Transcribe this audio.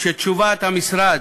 שתשובת המשרד,